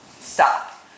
stop